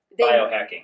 biohacking